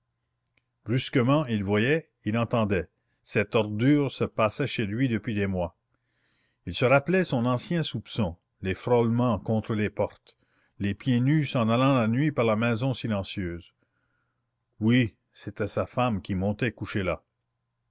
brusquement il voyait il entendait cette ordure se passait chez lui depuis des mois il se rappelait son ancien soupçon les frôlements contre les portes les pieds nus s'en allant la nuit par la maison silencieuse oui c'était sa femme qui montait coucher là